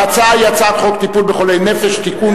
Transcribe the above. ההצעה היא הצעת חוק טיפול בחולי נפש (תיקון,